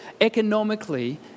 economically